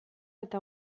eta